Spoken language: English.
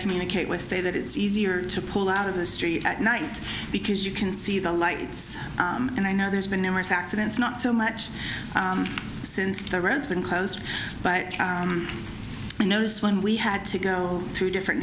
communicate with say that it's easier to pull out of the street at night because you can see the lights and i know there's been numerous accidents not so much since the rent's been closed but i noticed when we had to go through different